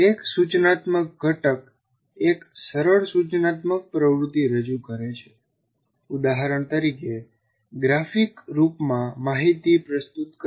એક સૂચનાત્મક ઘટક એક સરળ સૂચનાત્મક પ્રવૃત્તિ રજૂ કરે છે ઉદાહરણ તરીકે ગ્રાફિક સ્વરૂપમાં માહિતી પ્રસ્તુત કરવી